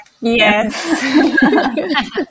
Yes